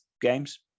games